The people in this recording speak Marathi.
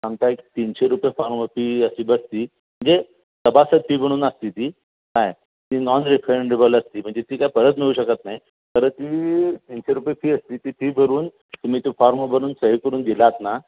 आमचा एक तीनशे रुपये फॉर्म फी अशी बसते जे सभासद फी म्हणून असते ती काय ती नॉन रिफंडेबल असते म्हणजे ती काय परत नेऊ शकत नाही तर ती तीनशे रुपये फी असते ती फी भरून तुम्ही तो फॉर्म भरून सही करून दिलात ना